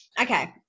Okay